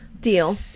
deal